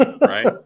Right